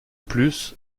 plus